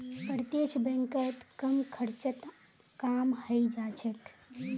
प्रत्यक्ष बैंकत कम खर्चत काम हइ जा छेक